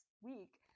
week